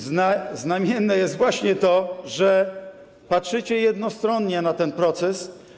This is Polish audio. Znamienne jest właśnie to, że patrzycie jednostronnie na ten proces.